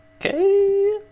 Okay